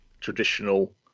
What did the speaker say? traditional